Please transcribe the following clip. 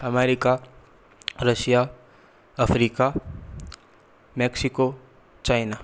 America Russia Africa Mexico China